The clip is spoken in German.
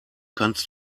kannst